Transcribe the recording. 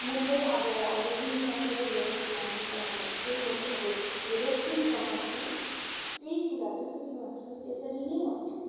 म चाहिँ अब यदि कसैले मेरो खाना मन परायो भने चाहिँ म चाहिँ अब आफूले जसरी बनाउँछु त्यही कुरा जसरी बनाउँछु त्यसरी नै भन्छु